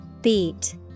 Beat